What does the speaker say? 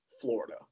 florida